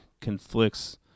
conflicts